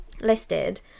listed